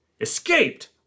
escaped